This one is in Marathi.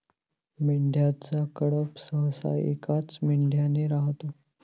मेंढ्यांचा कळप सहसा एकाच मेंढ्याने राहतो